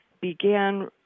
began